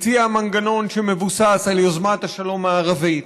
הציע מנגנון שמבוסס על יוזמת השלום הערבית.